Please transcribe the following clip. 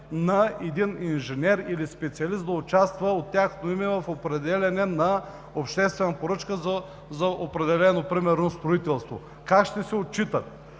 на един инженер или специалист да участва от тяхно име в определяне на обществена поръчка за определено строителство? Как ще се отчитат?